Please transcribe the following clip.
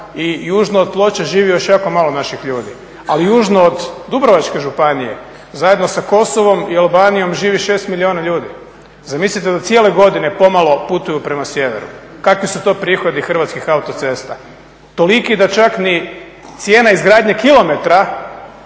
i južno od Ploča živi još jako malo naših ljudi. Ali južno od Dubrovačke županije zajedno sa Kosovom i Albanijom živi 6 milijuna ljudi. Zamislite da cijele godine pomalo putuju prema sjeveru kakvi su to prihodi Hrvatskih autocesta. Toliki da čak ni cijena izgradnje kilometra